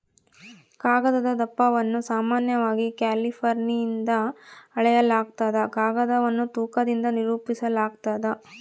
ಕಾಗದದ ದಪ್ಪವನ್ನು ಸಾಮಾನ್ಯವಾಗಿ ಕ್ಯಾಲಿಪರ್ನಿಂದ ಅಳೆಯಲಾಗ್ತದ ಕಾಗದವನ್ನು ತೂಕದಿಂದ ನಿರೂಪಿಸಾಲಾಗ್ತದ